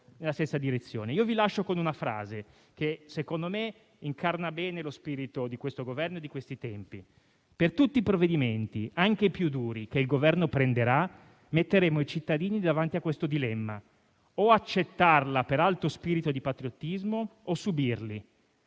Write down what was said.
Io vi lascio con una frase che secondo me incarna bene lo spirito di questo Governo e di questi tempi: «Per tutti i provvedimenti anche più duri che il Governo prenderà metteremo i cittadini davanti a questo dilemma: o accettarli per alto spirito di patriottismo o subirli».